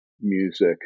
music